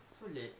so late